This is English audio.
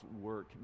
work